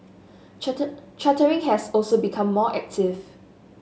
chartering has also become more active